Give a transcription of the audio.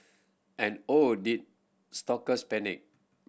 and oh did stalkers panic